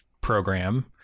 program